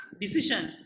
decision